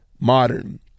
modern